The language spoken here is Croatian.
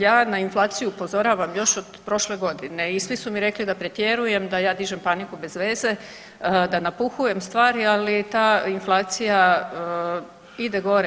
Ja na inflaciju upozoravam još od prošle godine i svi su mi rekli da pretjerujem, da ja dižem paniku bez veze, da napuhujem stvari, ali ta inflacija ide gore.